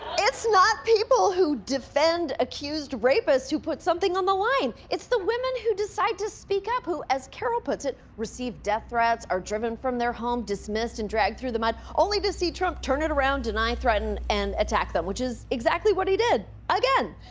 it's not people who defend accused rapists who put something on the line, it's the women who decide to speak up who, as carroll puts it, receive death threats, are driven from their homes, dismissed, and dragged through the mud, only to see trump turn it around, deny, threaten, and attack them. which is exactly what he did. again.